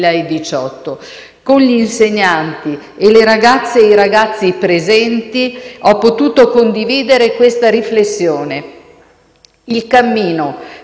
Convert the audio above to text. Con gli insegnanti e le ragazze e i ragazzi presenti ho potuto condividere questa riflessione: «Il cammino